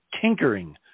tinkering